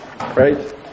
right